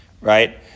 right